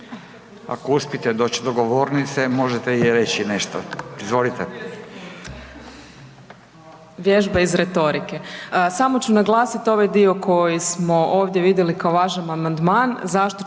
ako uspijete doći do govornice možete i reći nešto. Izvolite.